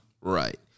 right